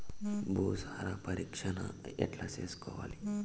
భూసార పరీక్షను ఎట్లా చేసుకోవాలి?